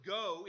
go